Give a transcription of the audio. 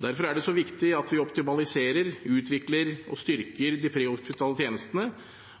Derfor er det så viktig at vi optimaliserer, utvikler og styrker de prehospitale tjenestene